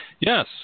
Yes